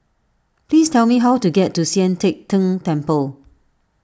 please tell me how to get to Sian Teck Tng Temple